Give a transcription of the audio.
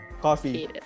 Coffee